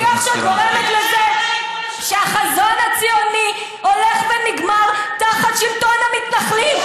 בכך שאת גורמת לזה שהחזון הציוני הולך ונגמר תחת שלטון המתנחלים.